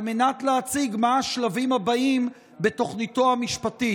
על מנת להציג מה השלבים הבאים בתוכניתו המשפטית.